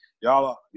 y'all